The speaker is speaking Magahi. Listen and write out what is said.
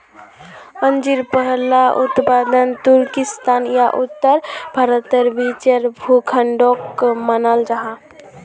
अंजीर पहला उत्पादन तुर्किस्तान या उत्तर भारतेर बीचेर भूखंडोक मानाल जाहा